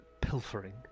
pilfering